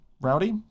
Rowdy